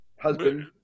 husband